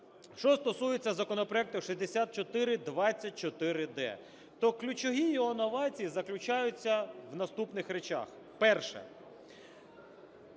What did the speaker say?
що стосується законопроекту 6424-д, то ключові його новації заключаються в наступних речах. Перша.